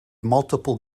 multiple